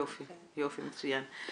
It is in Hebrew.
יופי, מצוין.